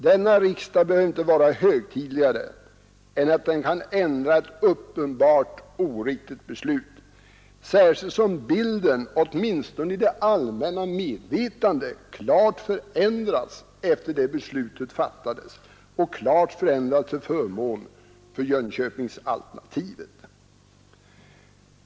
Denna riksdag behöver inte vara högtidligare än att den kan ändra ett uppenbart oriktigt beslut, särskilt som bilden åtminstone i det allmänna medvetandet klart förändrats till förmån för Jönköpingsalternativet efter det att beslutet fattats.